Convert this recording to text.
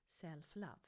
self-love